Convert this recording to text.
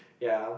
ya